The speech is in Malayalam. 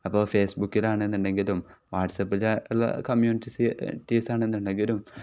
അപ്പോൾ ഫേസ്ബുക്കിലാണെന്നുണ്ടെങ്കിലും വാട്സാപ്പിൽ കമ്മ്യൂണിറ്റിറ്റീസ് ആണെന്ന് ഉണ്ടെങ്കിലും